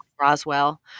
Roswell